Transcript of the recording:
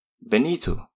Benito